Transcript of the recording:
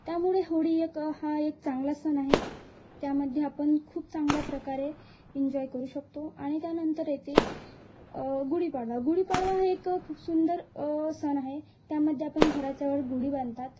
त्यामुळे होळी एक हा एक चांगला सण आहे त्यामध्ये आपण खूप चांगल्या प्रकारे इन्जॉय करू शकतो आणि त्यानंतर येते गुढीपाडवा गुढीपाडवा हा एक खूप सुंदर सण आहे त्यामध्ये आपण घराच्या वर गुढी बांधतात